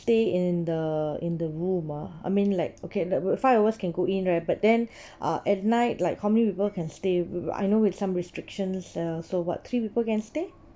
stay in the in the room ah I mean like okay th~ the five of us can go in right but then uh at night like how many people can stay w~ w~ I know with some restrictions uh so what three people can stay